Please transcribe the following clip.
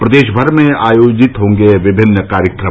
प्रदेशभर में आयोजित होंगे विभिन्न कार्यक्रम